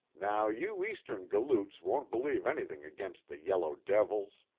now you eastern galoots won't believe anything against the yellow devils,